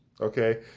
Okay